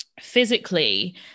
physically